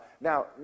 Now